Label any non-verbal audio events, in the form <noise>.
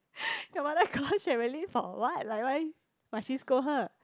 <breath> your mother call Sherilyn for what like why must she scold her